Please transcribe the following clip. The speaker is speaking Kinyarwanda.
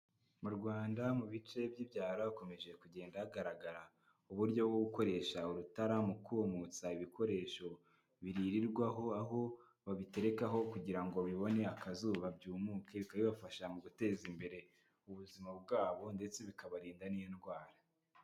Mu Rwanda mu bice by'ibyaro hakomeje kugenda hagaragara uburyo bwo gukoresha urutara mu kumutsa ibikoresho biririrwaho, aho babiterekaho kugira ngo bibone akazuba byumuke, bikaba bibafasha mu guteza imbere, ubuzima bwabo ndetse bikabarinda n'indwara.